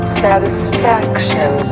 satisfaction